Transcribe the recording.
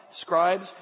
scribes